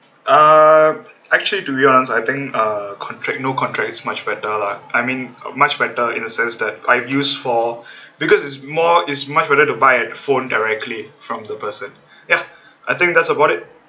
uh actually to be honest I think uh contract no contract is much better lah I mean much better in a sense that I've used for because it's more is much better to buy a phone directly from the person ya I think that's about it